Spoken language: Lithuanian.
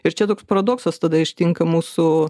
ir čia toks paradoksas tada ištinka mūsų